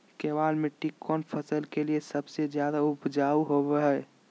केबाल मिट्टी कौन फसल के लिए सबसे ज्यादा उपजाऊ होबो हय?